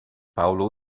paolo